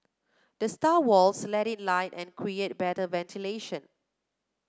the stair walls let in light and create better ventilation